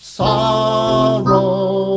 sorrow